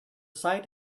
site